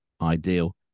ideal